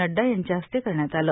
नड्डडा यांच्या हस्ते करण्यात आलं